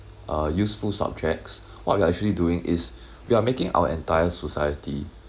uh useful subjects what we are actually doing is we are making our entire society